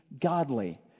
godly